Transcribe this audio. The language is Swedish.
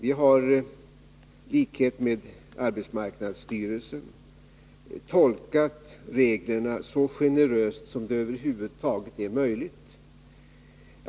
Vi har, i likhet med arbetsmarknadsstyrelsen, tolkat reglerna så generöst som det över huvud taget är möjligt.